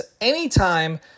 anytime